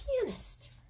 pianist